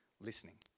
listening